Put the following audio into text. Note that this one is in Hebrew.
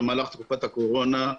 במהלך תקופת הקורונה,